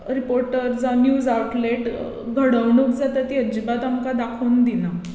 reporter वा निवज outlet घडोवणूक जाता ती अजिबात आमकां दाखोवन दिना